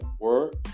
work